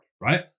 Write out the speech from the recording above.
right